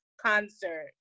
concert